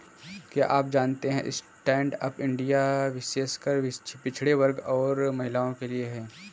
क्या आप जानते है स्टैंडअप इंडिया विशेषकर पिछड़े वर्ग और महिलाओं के लिए है?